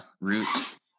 roots